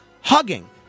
hugging